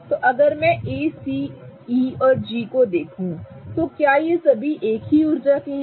तो अगर मैं A C E और G को देखूं तो ये सभी एक ही ऊर्जा के हैं